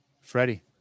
Freddie